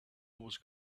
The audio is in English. was